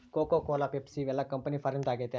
cocoa Cola Pepsi ಇವೆಲ್ಲ company ಫಾರಿನ್ದು ಆಗೈತೆ